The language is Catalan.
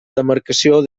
demarcació